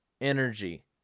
energy